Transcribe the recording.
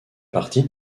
partie